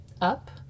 up